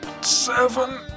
seven